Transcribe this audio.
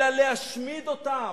אלא להשמיד אותם,